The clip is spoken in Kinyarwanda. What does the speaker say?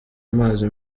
amazi